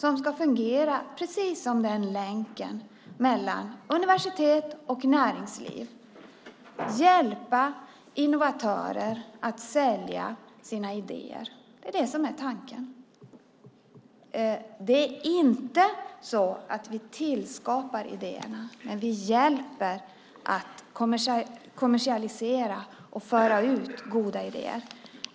De ska fungera precis som en sådan länk mellan universitet och näringsliv och hjälpa innovatörer att sälja sina idéer. Det är det som är tanken. Det är inte så att vi tillskapar idéerna, men vi hjälper till att kommersialisera och föra ut goda idéer.